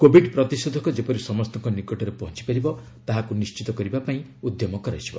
Covid ପ୍ରତିଷେଧକ ଯେପରି ସମସ୍ତଙ୍କ ନିକଟରେ ପହଞ୍ଚିପାରିବ ତାହା ନିଶ୍ଚିତ କରିବା ପାଇଁ ଉଦ୍ୟମ କରାଯିବ